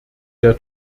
der